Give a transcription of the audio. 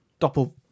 doppel